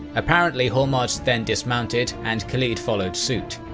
apparently, hormozd then dismounted and khalid followed suit.